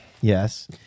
Yes